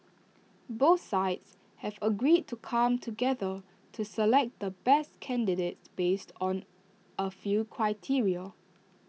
both sides have agreed to come together to select the best candidates based on A few criteria